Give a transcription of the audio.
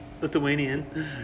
Lithuanian